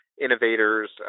innovators